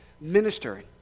ministering